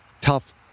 tough